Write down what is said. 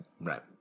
Right